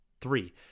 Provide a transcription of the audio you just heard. three